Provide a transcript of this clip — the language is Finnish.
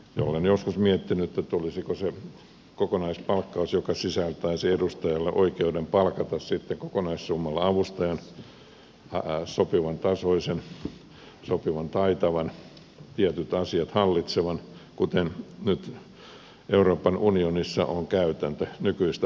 olen joskus miettinyt olisiko se kokonaispalkkaus joka sisältäisi edustajalle oikeuden palkata kokonaissummalla avustajan sopivan tasoisen sopivan taitavan tietyt asiat hallitsevan kuten nyt euroopan unionissa on käytäntö nykyistä parempi malli